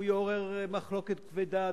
הוא יעורר מחלוקת כבדה,